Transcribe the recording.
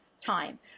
time